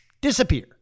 disappear